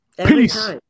Peace